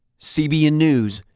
cbn news,